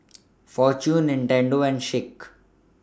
Fortune Nintendo and Schick